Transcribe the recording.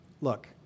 look